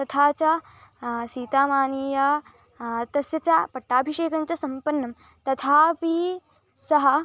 तथा च सीतामानीय तस्य च पट्टाभिषेकञ्च सम्पन्नं तथापि सः